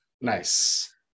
nice